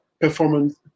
performance